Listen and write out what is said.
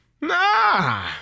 Nah